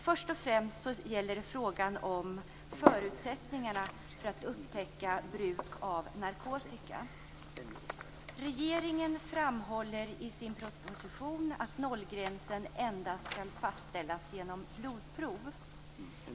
Först och främst gäller det förutsättningarna för att upptäcka bruk av narkotika. Regeringen framhåller i sin proposition att nollgränsen endast skall kontrolleras genom blodprov.